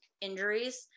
injuries